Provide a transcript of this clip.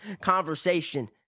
conversation